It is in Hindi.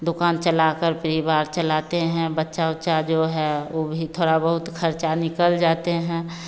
दुक़ान चलाकर परिवार चलाते हैं बच्चा उच्चा जो है वह भी थोड़ा बहुत खर्चा निकल जाता है